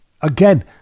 again